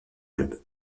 club